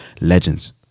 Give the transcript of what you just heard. legends